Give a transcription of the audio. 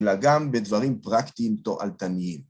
אלא גם בדברים פרקטיים תועלתניים.